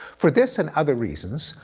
for this and other reasons,